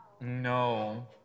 No